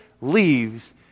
leaves